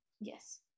Yes